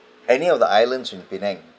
any of the islands in penang